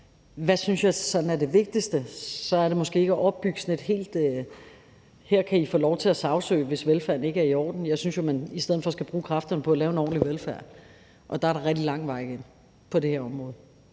sådan synes er det vigtigste, vil jeg sige, at det måske ikke er at opbygge sådan et helt »her kan I få lov til at sagsøge, hvis velfærden ikke er i orden«-system. Jeg synes jo, man i stedet for skal bruge kræfterne på at lave en ordentlig velfærd, og der er der rigtig lang vej endnu på det her område.